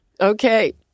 Okay